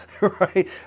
Right